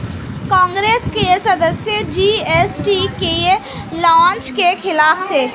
कांग्रेस के सदस्य जी.एस.टी के लॉन्च के खिलाफ थे